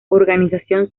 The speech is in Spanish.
organización